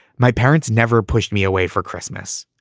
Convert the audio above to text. my parents never pushed me away for christmas.